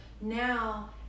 now